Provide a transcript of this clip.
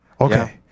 Okay